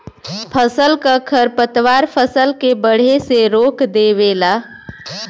फसल क खरपतवार फसल के बढ़े से रोक देवेला